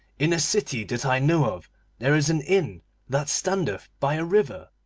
in a city that i know of there is an inn that standeth by a river.